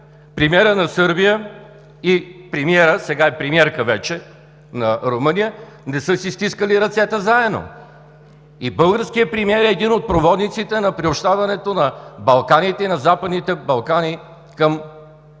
премиерът на Сърбия и премиерът – сега е премиерка вече на Румъния, не са си стискали ръцете заедно. Българският премиер е един от проводниците на приобщаването на Балканите и на Западните Балкани към